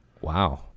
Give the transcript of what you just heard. Wow